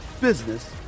business